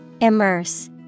Immerse